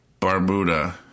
Barbuda